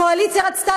הקואליציה רצתה,